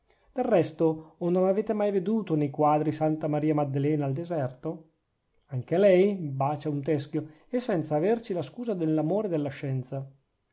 del resto o non avete mai veduto nei quadri santa maria maddalena al deserto anche lei bacia un teschio e senza averci la scusa nell'amore della scienza